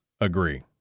agree